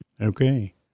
Okay